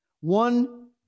One